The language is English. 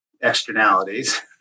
externalities